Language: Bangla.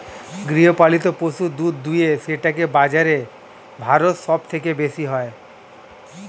গৃহপালিত পশু দুধ দুয়ে সেটাকে বাজারে ভারত সব থেকে বেশি হয়